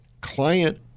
client